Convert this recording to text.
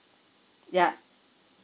ya